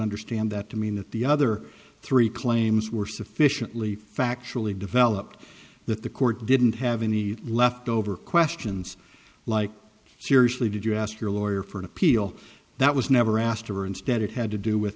understand that to mean that the other three claims were sufficiently factually developed that the court didn't have any left over questions like seriously did you ask your lawyer for an appeal that was never asked or instead it had to do with